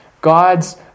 God's